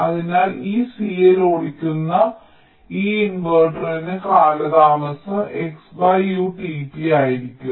അതിനാൽ ഈ CL ഓടിക്കുന്ന ഈ ഇൻവെർട്ടറിന് കാലതാമസം XUtp ആയിരിക്കും